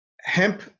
hemp